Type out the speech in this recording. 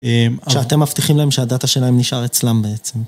שאתם מבטיחים להם שהדאטה שלהם נשאר אצלם בעצם.